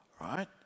right